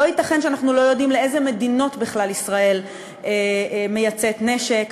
לא ייתכן שאנחנו לא יודעים לאילו מדינות בכלל ישראל מייצאת נשק,